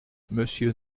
monsieur